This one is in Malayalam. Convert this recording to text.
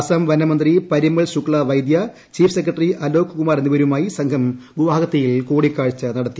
അസം വന്റ്മീ്പ്തി പരിമൾ ശുക്ല വൈദ്യ ചീഫ് സെക്രട്ടറി അലോക് കുമാർ എന്നിവരുമായി സംഘം ഗുവാഹത്തിൽ കൂടിക്കാഴ്ച നടത്തി